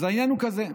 אז העניין הוא כזה: